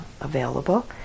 available